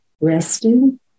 resting